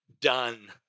done